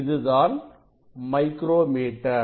இதுதான் micro metre